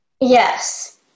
yes